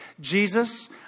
Jesus